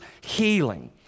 healing